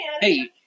Hey